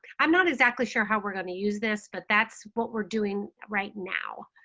i'm not exactly sure how we're going to use this, but that's what we're doing right now.